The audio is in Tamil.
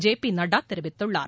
ஜெ பி நட்டா தெரிவித்துள்ளார்